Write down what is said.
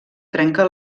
trenca